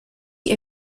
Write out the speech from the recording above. die